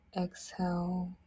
exhale